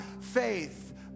faith